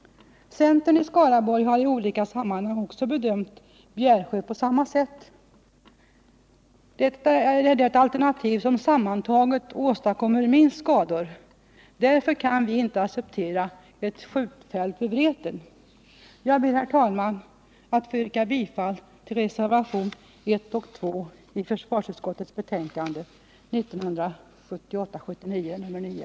Centern i Skaraborgs län har i olika sammanhang också bedömt Bjärsjö på samma sätt. Bjärsjö är det alternativ som sammantaget åstadkommer minst skador. Därför kan vi inte acceptera ett skjutfält vid Vreten. Jag ber, herr talman, att få yrka bifall till reservationerna 1 och 2 till försvarsutskottets betänkande 1978/79:9.